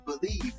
believe